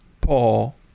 Paul